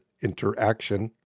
interaction